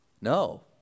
No